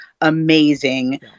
amazing